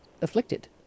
afflicted